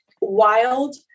Wild